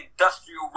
industrial